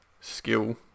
skill